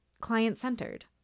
client-centered